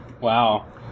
Wow